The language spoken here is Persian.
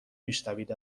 میشنوید